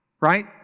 right